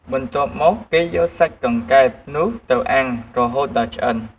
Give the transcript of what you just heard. បន្ទាប់មក គេយកសាច់កង្កែបនោះទៅ អាំង រហូតដល់ឆ្អិន។